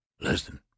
Listen